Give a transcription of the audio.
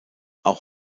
auch